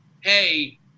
Hey